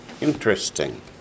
Interesting